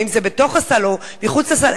האם זה בתוך הסל או מחוץ לסל?